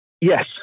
Yes